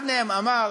אחד מהם אמר